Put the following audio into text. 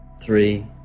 three